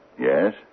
Yes